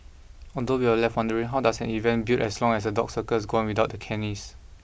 although we're left wondering how does an event billed as a dog circus go on without the canines